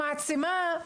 מעצימה,